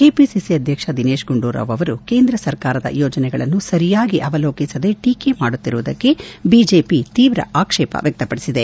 KPCC ಅಧ್ಯಕ್ಷ ದಿನೇತ್ ಗುಂಡೂರಾವ್ ಅವರು ಕೇಂದ್ರ ಸರ್ಕಾರದ ಯೋಜನೆಗಳನ್ನು ಸರಿಯಾಗಿ ಅವಲೋಕಿಸದೆ ಟೀಕೆ ಮಾಡುತ್ತಿರುವುದಕ್ಕೆ ಬಿಜೆಪಿ ತೀವ್ರ ಆಕ್ಷೇಪ ವ್ಯಕ್ತಪಡಿಸಿದೆ